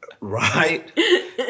right